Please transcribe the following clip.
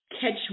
catch